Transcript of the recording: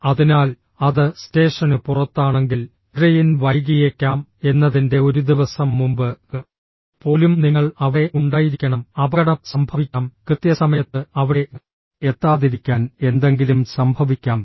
അതിനാൽ അത് സ്റ്റേഷനു പുറത്താണെങ്കിൽ ട്രെയിൻ വൈകിയേക്കാം എന്നതിന്റെ ഒരു ദിവസം മുമ്പ് പോലും നിങ്ങൾ അവിടെ ഉണ്ടായിരിക്കണം അപകടം സംഭവിക്കാം കൃത്യസമയത്ത് അവിടെ എത്താതിരിക്കാൻ എന്തെങ്കിലും സംഭവിക്കാം